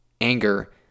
anger